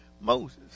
Moses